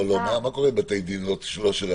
לא, לא, מה קורה בבתי הדין הלא צבאיים?